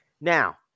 Now